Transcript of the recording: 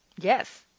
Yes